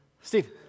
Steve